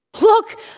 Look